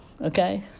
okay